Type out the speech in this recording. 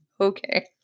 Okay